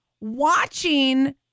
watching